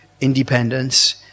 Independence